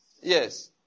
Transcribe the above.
Yes